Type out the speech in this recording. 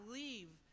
leave